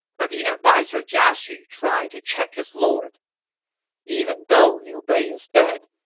but the adviser jia xu tried to check his lord even though liu bei is dead,